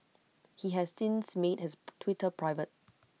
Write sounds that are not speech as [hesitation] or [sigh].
he has since made his [hesitation] Twitter private